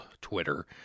Twitter